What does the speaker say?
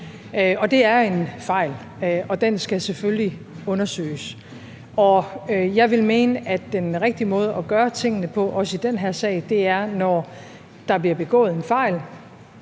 og det er en fejl, og den skal selvfølgelig undersøges. Jeg vil mene, at den rigtige måde at gøre tingene på, også i den her sag, er, at når der bliver begået en fejl,